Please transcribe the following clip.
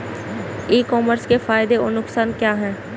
E commerce के फायदे और नुकसान क्या हैं?